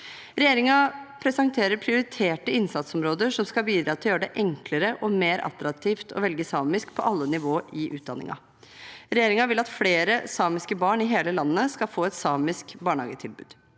Regjeringen presenterer prioriterte innsatsområder som skal bidra til å gjøre det enklere og mer attraktivt å velge samisk på alle nivåer i utdanningen. Regjeringen vil at flere samiske barn i hele landet skal få et samisk barnehagetilbud.